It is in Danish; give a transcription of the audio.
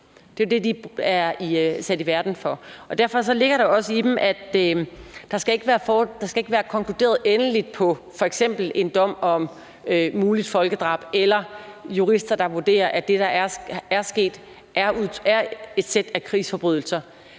Det er jo det, de er sat i verden for. Derfor ligger der også det i dem, at der ikke skal være konkluderet endeligt på f.eks. en dom om muligt folkedrab eller være jurister, der vurderer, at det, der er sket, er et sæt af krigsforbrydelser,